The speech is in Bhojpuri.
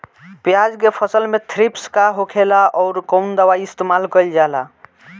प्याज के फसल में थ्रिप्स का होखेला और कउन दवाई इस्तेमाल कईल जाला?